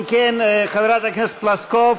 אם כן, חברת הכנסת פלוסקוב.